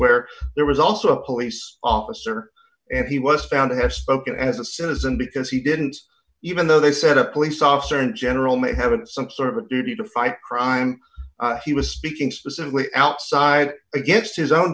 where there was also a police officer and he was found to have spoken as a citizen because he didn't even though they said a police officer in general may have been some sort of duty to fight crime he was speaking specifically outside against his own